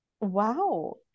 wow